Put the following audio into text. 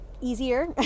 easier